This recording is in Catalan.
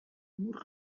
mur